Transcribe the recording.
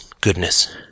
goodness